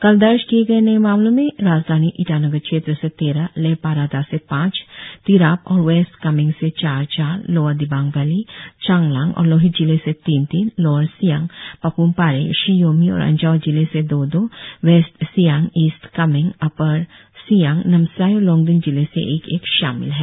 कल दर्ज किए गए नए मामलों में ईटानगर राजधानी क्षेत्र से तेरह लेपारादा से पांच तिराप और वेस्ट कामेंग से चार चार लोअर दिबांग वैली चांगलांग और लोहित जिले से तीन तीन लोअर सियांग पाप्मपारे शी योमी और अंजाव जिले से दो दो west Siang east Kameng upper Siang Namsai और लोंगडिंग जिले से एक एक शामिल हैं